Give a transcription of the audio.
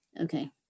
Okay